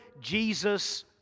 Jesus